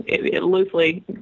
loosely